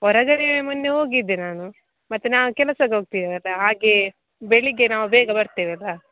ಹೊರಗಡೆ ಮೊನ್ನೆ ಹೋಗಿದ್ದೆ ನಾನು ಮತ್ತೆ ನಾನು ಕೆಲಸಗೋಗ್ತಿನಿ ಅಲ್ಲಾ ಹಾಗೇ ಬೆಳಿಗ್ಗೆ ನಾವು ಬೇಗ ಬರ್ತೇವೆ ಅಲ್ಲ